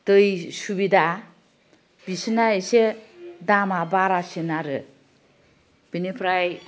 दै सुबिदा बिसोरना एसे दामा बारासिन आरो बिनिफ्राय